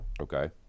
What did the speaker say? okay